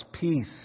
peace